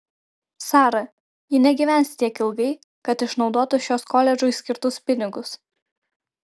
sara ji negyvens tiek ilgai kad išnaudotų šiuos koledžui skirtus pinigus